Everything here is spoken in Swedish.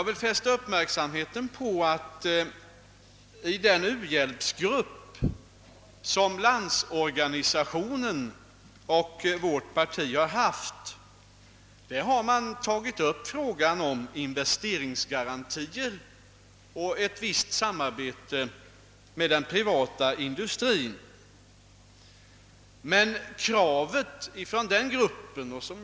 I den u-hjälpsgrupp som Landsorganisationen och vårt parti tillsatt har frågan om investeringsgarantier och ett visst samarbete med den privata industrin upptagits till diskussion.